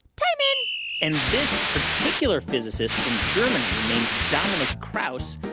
time in and this particular physicist from germany, named dominik kraus,